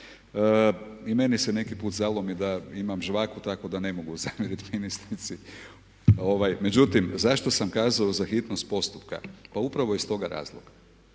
I meni se neki put zalomi da imam žvaku tako da ne mogu zamjeriti ministrici. Međutim, zašto sam kazao za hitnost postupka? Pa upravo iz toga razloga,